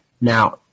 now